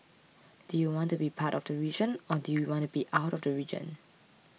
do you want to be part of the region or do you want to be out of the region